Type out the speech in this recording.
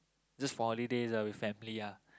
just for holidays ah with family ah